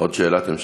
עוד שאלת המשך.